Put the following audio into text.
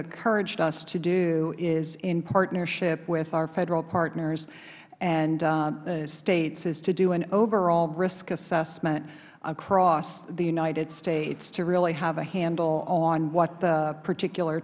encouraged us to do is in partnership with our federal partners and states is to do an overall risk assessment across the united states to really have a handle on what the particular